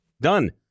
Done